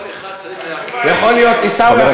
כל אחד צריך להכיר, עיסאווי יכול להיות שר.